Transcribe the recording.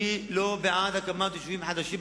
אני לא בעד הקמת יישובים חדשים,